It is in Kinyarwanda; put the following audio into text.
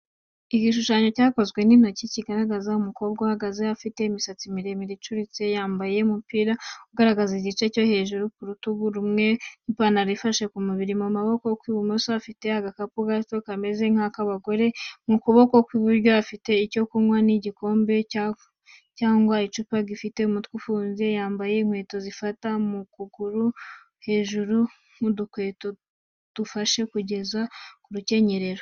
Igishushanyo cyakozwe n’intoki kigaragaza umukobwa uhagaze. Afite imisatsi miremire icuritse mu ruhande. Yambaye umupira ugaragaza igice cyo hejuru cy’urutugu rumwe n’ipantaro ifashe ku mubiri. Mu kuboko kw’ibumoso afite agakapu gato kameze nk’ak’abagore. Mu kuboko kw’iburyo afite icyo kunywa nk’igikombe cyangwa icupa gifite umutwe ufunze. Yambaye inkweto zifata mu kuguru hejuru nk’udukweto dufashe kugeza mu rukenyerero.